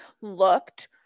looked